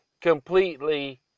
completely